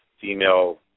female